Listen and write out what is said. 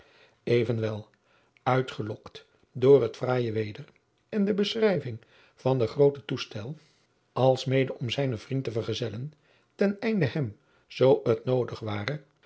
evenwel uitgelokt door het fraaije weder en de beschrijving van den grooten toestel alsmede om zijnen vriend te vergezellen ten einde hem zoo het noodig ware